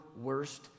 worst